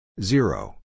Zero